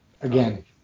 Again